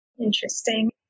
Interesting